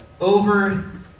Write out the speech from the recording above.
Over